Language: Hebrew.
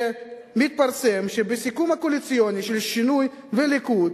שבה מתפרסם שבסיכום הקואליציוני של שינוי והליכוד,